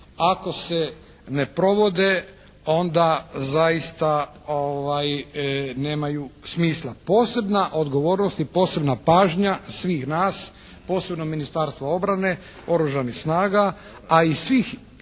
ako se ne provode onda zaista nemaju smisla. Posebna odgovornost i posebna pažnja svih nas posebno Ministarstva obrane, Oružanih snaga, a i svih